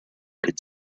could